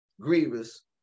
grievous